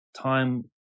time